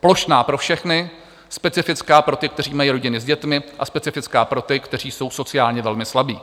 Plošná pro všechny, specifická pro ty, kteří mají rodiny s dětmi, a specifická pro ty, kteří jsou sociálně velmi slabí.